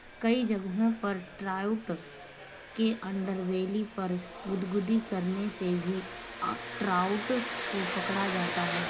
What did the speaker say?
कई जगहों पर ट्राउट के अंडरबेली पर गुदगुदी करने से भी ट्राउट को पकड़ा जाता है